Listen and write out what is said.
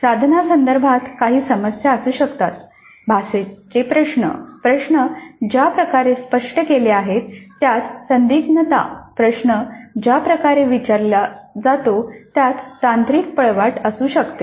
साधनांसंदर्भात काही समस्या असू शकतात भाषेचे प्रश्न प्रश्न ज्या प्रकारे स्पष्ट केले आहे त्यात संदिग्धता प्रश्न ज्या प्रकारे विचारला जातो त्यात तांत्रिक पळवाट असू शकते